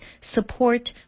support